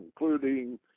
including